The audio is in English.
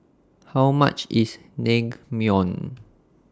How much IS Naengmyeon